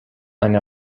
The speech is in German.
eine